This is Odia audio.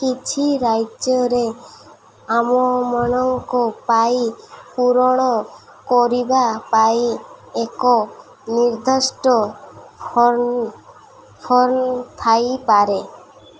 କିଛି ରାଜ୍ୟରେ ଆମମାନଙ୍କ ପାଇଁ ପୂରଣ କରିବା ପାଇଁ ଏକ ନିର୍ଦ୍ଦିଷ୍ଟ ଫର୍ମ ଫର୍ମ ଥାଇପାରେ